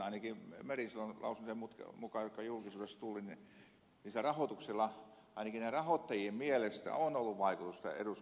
ainakin niiden merisalon lausumien mukaan jotka julkisuuteen tulivat sillä rahoituksella ainakin niiden rahoittajien mielestä on ollut vaikutusta eduskunnan kokoonpanoon